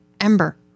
Ember